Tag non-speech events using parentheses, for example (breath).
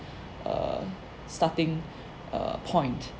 err starting (breath) uh point